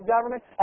government